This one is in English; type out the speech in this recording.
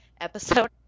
episode